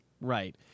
Right